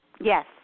Yes